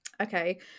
okay